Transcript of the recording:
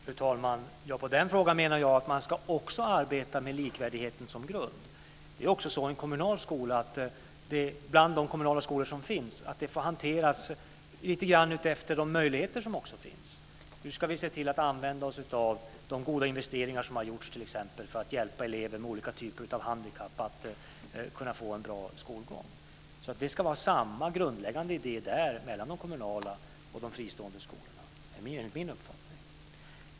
Fru talman! När det gäller den frågan menar jag att man ska arbeta med likvärdigheten som grund. Bland de kommunala skolor som finns får detta också hanteras lite grann utefter de möjligheter som finns. Hur ska vi se till att använda oss av de goda investeringar som har gjorts t.ex. för att hjälpa elever med olika typer av handikapp att få en bra skolgång? Det ska vara samma grundläggande idé där mellan de kommunala och de fristående skolorna, enligt min uppfattning.